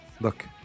Look